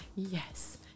Yes